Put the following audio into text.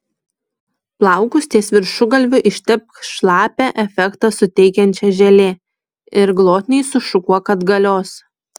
plaukus ties viršugalviu ištepk šlapią efektą suteikiančia želė ir glotniai sušukuok atgalios